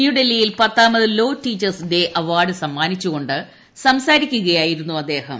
ന്യൂഡെൽഹിയിൽ പത്താമത് ലാ teachers day award സമ്മാനിച്ചുകൊണ്ട് സംസാരിക്കുകയായിരുന്നു അദ്ദേഹം